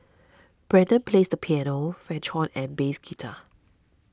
Brendan plays the piano French horn and bass guitar